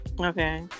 Okay